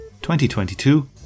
2022